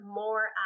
more